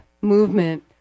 movement